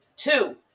Two